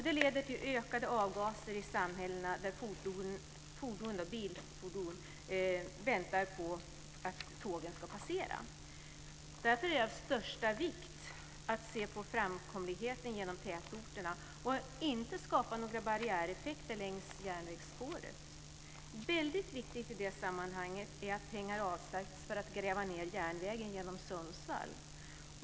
Det leder till ökade avgaser i samhällena där fordonen väntar på att tågen ska passera. Därför är det av största vikt att se på framkomligheten genom tätorterna så att man inte skapar några barriäreffekter längs järnvägsspåret. I det sammanhanget är det väldigt viktigt att pengar avsätts för att gräva ned järnvägen genom Sundsvall.